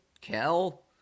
Kel